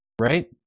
right